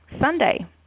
Sunday